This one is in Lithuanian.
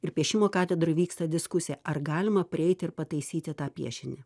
ir piešimo katedroj vyksta diskusija ar galima prieit ir pataisyti tą piešinį